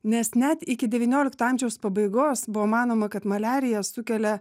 nes net iki devyniolikto amžiaus pabaigos buvo manoma kad maliariją sukelia